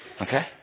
okay